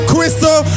Crystal